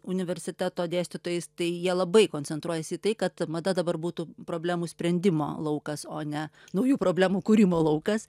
universiteto dėstytojais tai jie labai koncentruojasi į tai kad mada dabar būtų problemų sprendimo laukas o ne naujų problemų kūrimo laukas